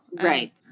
Right